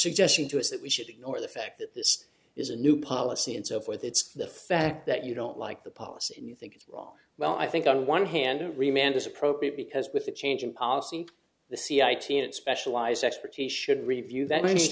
suggesting to us that we should ignore the fact that this is a new policy and so forth it's the fact that you don't like the policy and you think it's wrong well i think on one hand a remained is appropriate because with the change in policy the cia t n specialized expertise should review th